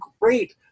great